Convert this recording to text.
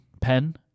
pen